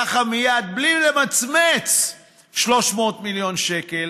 ככה מייד, בלי למצמץ 300 מיליון שקל,